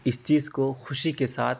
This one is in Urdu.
اس چیز کو خوشی کے ساتھ